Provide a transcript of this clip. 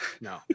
no